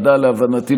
להבנתי,